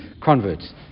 converts